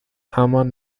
همان